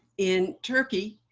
in turkey,